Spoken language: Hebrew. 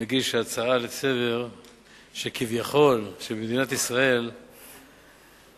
מגיש ההצעה לסדר-היום שכביכול במדינת ישראל ישנה